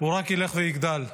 הוא רק ילך ויגדל.